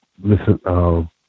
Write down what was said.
listen